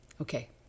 okay